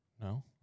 No